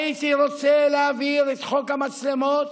הייתי רוצה להעביר את חוק המצלמות